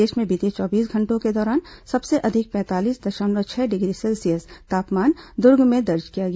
प्रदेश में बीते चौबीस घंटों के दौरान सबसे अधिक पैंतालीस दशमलव छह डिग्री सेल्सियस तापमान दुर्ग में दर्ज किया गया